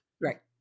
Right